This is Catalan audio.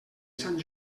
sant